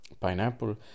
pineapple